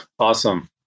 Awesome